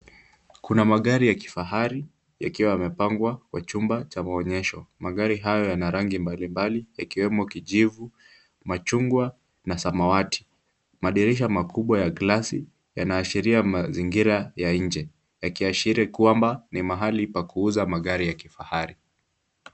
Kuna magari ya kifahari yakiwa yamepangwa kwa chumba cha maonyesho, magari hayo yana rangi mbalimbali yakiwemo kijivu, machungwa na samawati, madirisha makubwa ya glasi yanaashiria mazingira ya nje, ya kiashira kwamba ni mahali pa kuuza magari ya kifahari.